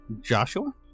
Joshua